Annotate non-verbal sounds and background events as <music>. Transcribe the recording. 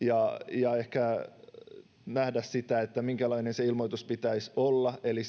ja ehkä nähdä sitä minkälainen sen ilmoituksen pitäisi olla eli <unintelligible>